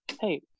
hey